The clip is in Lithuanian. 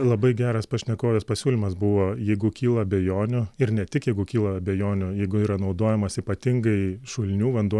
labai geras pašnekovės pasiūlymas buvo jeigu kyla abejonių ir ne tik jeigu kyla abejonių jeigu yra naudojamas ypatingai šulinių vanduo